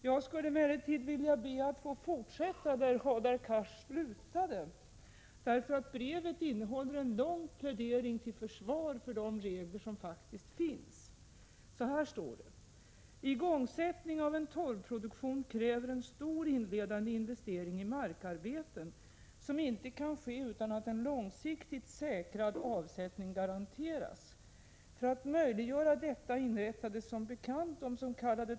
Jag skulle emellertid vilja be att få fortsätta där Hadar Cars slutade. Brevet innehåller nämligen en lång plädering till försvar för de regler som faktiskt finns. Så här står det: ”Igångsättning av en torvproduktion kräver en stor inledande investering i markarbeten, som inte kan ske utan att en långsiktigt säkrad avsättning garanteras. För att möjliggöra detta inrättades som bekant des.k.